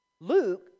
Luke